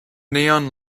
neon